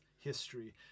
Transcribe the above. history